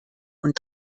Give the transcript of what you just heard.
und